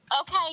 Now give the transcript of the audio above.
Okay